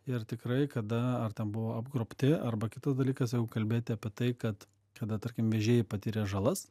ir tikrai kada ar ten buvo apgrobti arba kitas dalykas jeigu kalbėti apie tai kad kada tarkim vežėjai patiria žalas